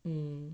mm